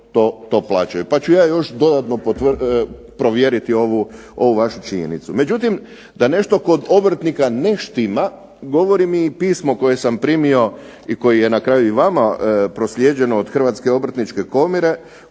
Pa ću ja još dodatno provjeriti ovu vašu činjenicu. Međutim, da nešto kod obrtnika ne štima govori mi i pismo koje sam primio i koje je na kraju i vama proslijeđeno od HOK-a, ja ću ga samo